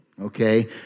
Okay